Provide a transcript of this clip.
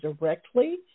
directly